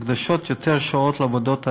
יותר שעות מוקדשות לעבודות הניידת.